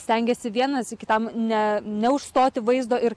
stengiasi vienas kitam ne neužstoti vaizdo ir